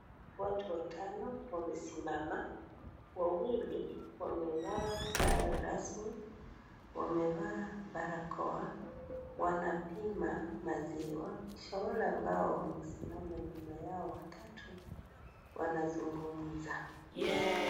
Watu watano wamesimama wawili wamevaa sare rasmi wamevaa barakoa wanapima maziwa kisha wale ambao wamesimama nyumba yao watatu wanazungumza.